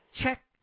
Check